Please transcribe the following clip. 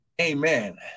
Amen